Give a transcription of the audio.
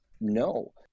No